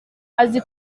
azi